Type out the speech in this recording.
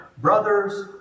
Brothers